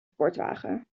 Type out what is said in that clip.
sportwagen